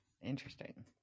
interesting